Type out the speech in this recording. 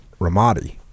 Ramadi